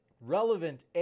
Relevant